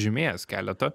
žymėjęs keletą